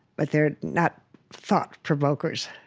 but they're not thought provokers.